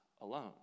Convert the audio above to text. alone